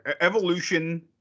evolution